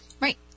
Right